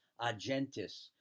agentis